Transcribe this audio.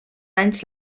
anys